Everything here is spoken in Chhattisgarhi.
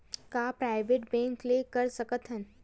का प्राइवेट बैंक ले कर सकत हन?